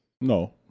No